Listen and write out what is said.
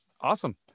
Awesome